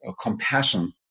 compassion